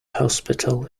hospital